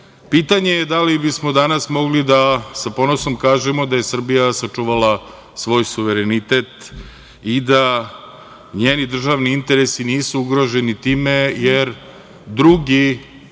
pitanje je da li bismo danas mogli da sa ponosom kažemo da je Srbija sačuvala svoj suverenitet i da njeni državni interesi nisu ugroženi time, jer drugi